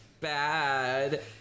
bad